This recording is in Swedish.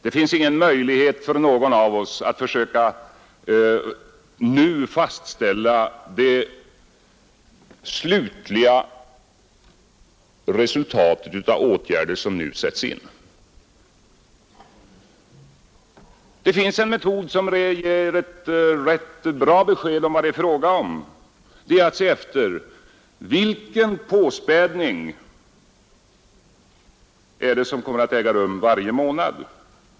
Det finns ingen möjlighet för någon av oss att nu försöka fastställa det slutliga resultatet av de åtgärder som nu sätts in, Det finns en metod som ger ett rätt bra besked, och det är att se efter hur stor påspädning som kommer att ske varje månad.